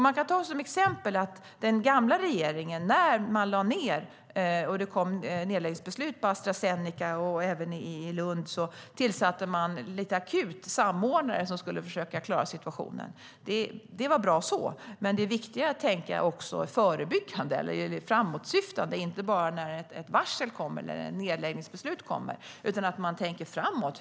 Man kan ta som exempel att den gamla regeringen tillsatte akutsamordnare som skulle försöka klara situationen när det kom nedläggningsbeslut på Astra Zeneca och även i Lund. Det var bra så, men det är bättre att tänka förebyggande och framåtsyftande än att bara agera när ett varsel eller ett nedläggningsbeslut kommer.